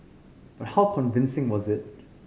but how convincing was it